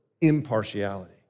impartiality